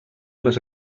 les